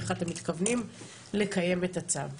איך אתם מתכוונים לקיים את הצו.